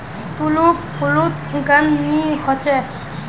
tulip फुलोत गंध नि होछे